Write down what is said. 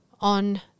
on